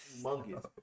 humongous